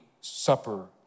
supper